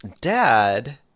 dad